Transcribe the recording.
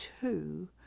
two